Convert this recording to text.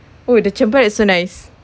oh the cempedak is so nice